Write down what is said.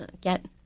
get –